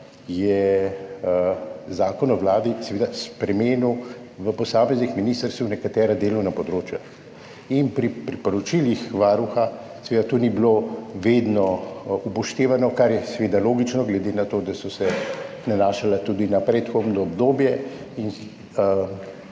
je Zakon o Vladi seveda spremenil na posameznih ministrstvih nekatera delovna področja in pri priporočilih Varuha seveda to ni bilo vedno upoštevano, kar je seveda logično glede na to, da so se nanašala tudi na predhodno obdobje.